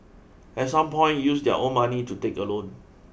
at some point use their own money to take a loan